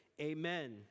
Amen